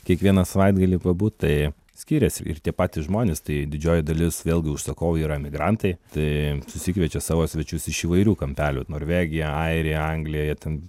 kiekvieną savaitgalį pabūt tai skiriasi ir tie patys žmonės tai didžioji dalis vėlgi užsakovų yra emigrantai tai susikviečia savo svečius iš įvairių kampelių norvegija airija anglija jie ten